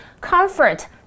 comfort